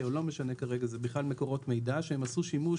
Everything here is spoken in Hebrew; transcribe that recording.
או לא משנה כרגע זה מקורות מידע בכלל שעשו שימוש